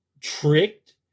tricked